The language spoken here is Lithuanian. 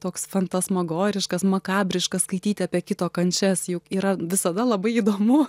toks fantasmagoriškas makabriškas skaityti apie kito kančias juk yra visada labai įdomu